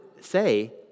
say